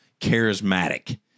charismatic